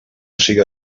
siga